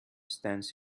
stands